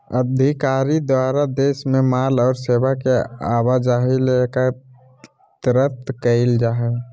अधिकारी द्वारा देश से माल और सेवा के आवाजाही ले एकत्र कइल जा हइ